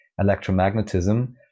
electromagnetism